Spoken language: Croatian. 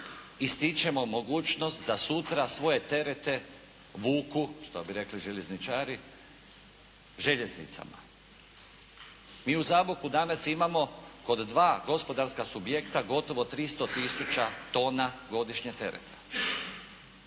ističemo mogućnost da sutra svoje terete vuku što bi rekli željezničari željeznicama. Mi u Zaboku danas imamo kod dva gospodarska subjekta gotovo 300 000 tona godišnje tereta.